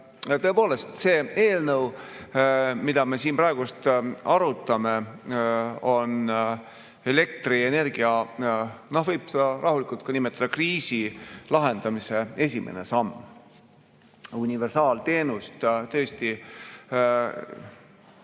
Tõepoolest, see eelnõu, mida me siin praegu arutame, on elektrienergia, võib rahulikult nimetada, kriisi lahendamise esimene samm. Universaalteenuse me tõesti